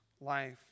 life